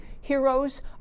Heroes